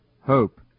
hope